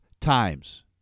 times